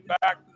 back